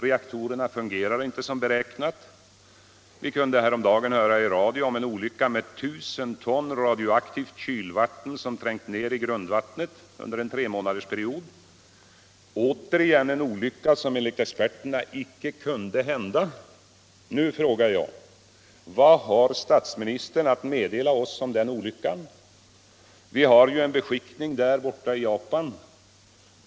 Reaktorerna fungerar inte som beräknat. Vi kunde häromdagen höra i radion om en olycka med 1000 ton radioaktivt kylvatten, som trängt ner i grundvattnet under en tremånadersperiod — återigen en olycka som enligt experterna icke kunde hända. Nu frågar jag: Vad har statsministern att meddela oss om den olyckan? Vi har ju en beskickning i Japan.